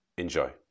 Enjoy